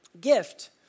Gift